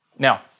Now